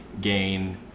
gain